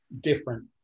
different